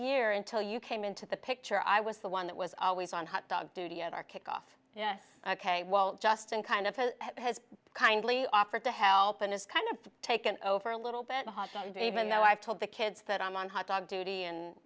year until you came into the picture i was the one that was always on hotdog duty at our kickoff yes ok well justin kind of has kindly offered to help and it's kind of taken over a little bit hot and even though i've told the kids that i'm on hotdog duty and